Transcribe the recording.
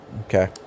okay